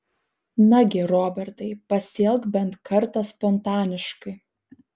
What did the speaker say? nagi robertai pasielk bent kartą spontaniškai